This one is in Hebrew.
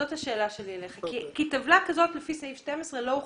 זאת השאלה שלי אליך כי טבלה כזאת לפי סעיף 12 לא הוכנה.